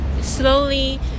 slowly